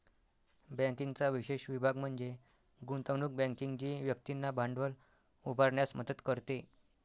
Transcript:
बँकिंगचा विशेष विभाग म्हणजे गुंतवणूक बँकिंग जी व्यक्तींना भांडवल उभारण्यास मदत करते